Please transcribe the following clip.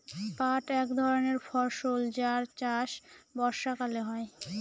পাট এক ধরনের ফসল যার চাষ বর্ষাকালে হয়